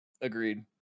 agreed